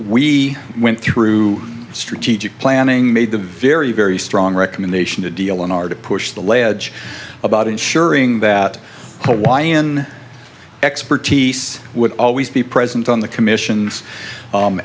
we went through strategic planning made the very very strong recommendation to deal in order to push the ledge about ensuring that hawaiian expertise would always be present on the commissions